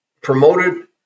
promoted